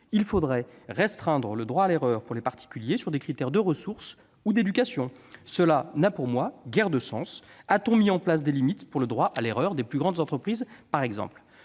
il faudrait restreindre le droit à l'erreur pour les particuliers sur des critères de ressources ou d'éducation. Cela n'a pour moi guère de sens. A-t-on mis en place des limites pour le droit à l'erreur des plus grandes entreprises ?